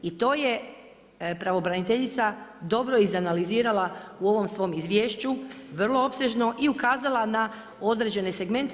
I to je pravobraniteljica dobro izanalizirala u ovom svom izvješću vrlo opsežno i ukazala na određene segmente.